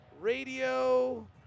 Radio